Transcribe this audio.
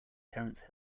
terence